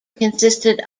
consisted